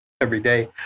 everyday